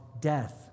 death